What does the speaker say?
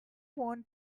want